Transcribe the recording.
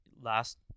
last